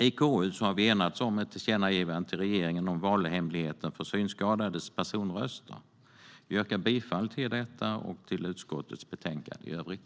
I KU har vi enats om ett tillkännagivande till regeringen om valhemligheten för synskadades personröster. Jag yrkar bifall till detta och till utskottets förslag i betänkandet i övrigt.